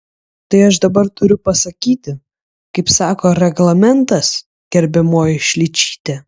tai aš dabar turiu pasakyti kaip sako reglamentas gerbiamoji šličyte